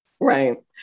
Right